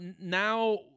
now